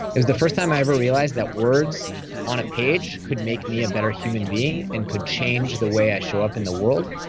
it was the first time i ever realized that words on a page could make me a better human being and could change the way i show up in the world.